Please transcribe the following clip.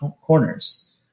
corners